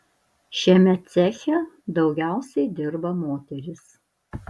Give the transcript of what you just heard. šiame ceche daugiausiai dirba moterys